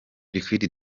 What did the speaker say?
liquid